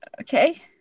Okay